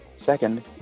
Second